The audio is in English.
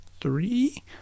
Three